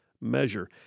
measure